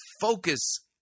focus